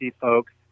folks